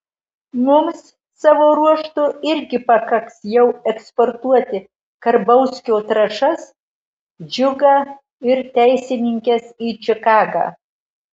mums savo ruožtu irgi pakaks jau eksportuoti karbauskio trąšas džiugą ir teisininkes į čikagą